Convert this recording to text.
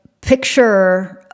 picture